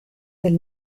del